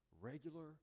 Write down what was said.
regular